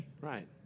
Right